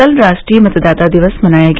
कल राष्ट्रीय मतदाता दिवस मनाया गया